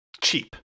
cheap